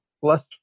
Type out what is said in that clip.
plus